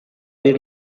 bir